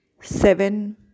seven